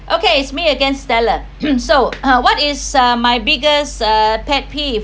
okay it's me again stellar so uh what is uh my biggest uh pet peeve